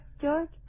George